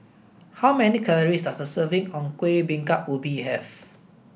how many calories does a serving of Kueh Bingka Ubi have